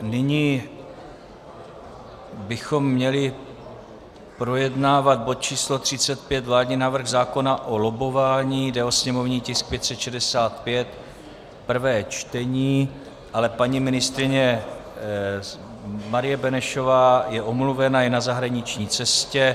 Nyní bychom měli projednávat bod číslo 35, vládní návrh zákona o lobbování, jde o sněmovní tisk 565, prvé čtení, ale paní ministryně Marie Benešová je omluvena, je na zahraniční cestě.